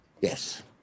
Yes